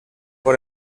por